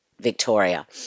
Victoria